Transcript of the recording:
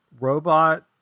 Robot